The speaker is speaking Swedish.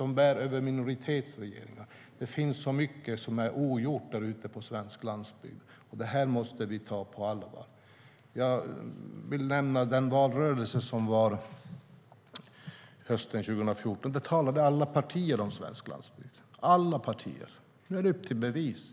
och över minoritetsregeringar. Det finns så mycket som är ogjort på svensk landsbygd, och det måste vi ta på allvar. I valrörelsen hösten 2014 talade alla partier om svensk landsbygd. Nu är det upp till bevis.